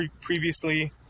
previously